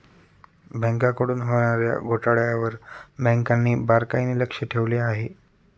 बँकांकडून होणार्या घोटाळ्यांवर बँकांनी बारकाईने लक्ष ठेवले आहे